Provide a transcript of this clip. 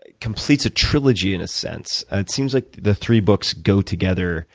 ah completes trilogy in a sense. it seems like the three books go together